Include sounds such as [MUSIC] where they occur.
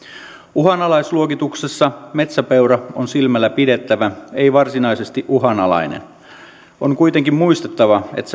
uhanalaisluokituksessa metsäpeura on silmällä pidettävä ei varsinaisesti uhanalainen on kuitenkin muistettava että [UNINTELLIGIBLE]